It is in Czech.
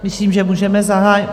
Myslím, že můžeme zahájit...